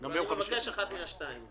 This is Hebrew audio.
אני מבקש אחת משתיים,